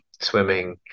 swimming